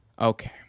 Okay